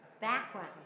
background